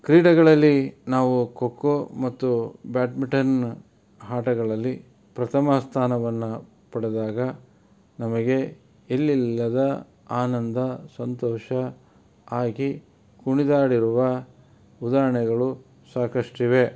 ಕ್ರೀಡೆಗಳಲ್ಲಿ ನಾವು ಖೋ ಖೋ ಮತ್ತು ಬ್ಯಾಡ್ಮಿಟನ್ ಆಟಗಳಲ್ಲಿ ಪ್ರಥಮ ಸ್ಥಾನವನ್ನು ಪಡೆದಾಗ ನಮಗೆ ಎಲ್ಲಿಲ್ಲದ ಆನಂದ ಸಂತೋಷ ಆಗಿ ಕುಣಿದಾಡಿರುವ ಉದಾಹರಣೆಗಳು ಸಾಕಷ್ಟಿವೆ